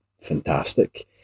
fantastic